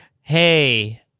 hey